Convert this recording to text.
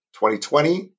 2020